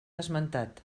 esmentat